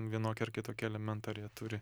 vienoki ar kitoki elementai ar jie turi